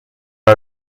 are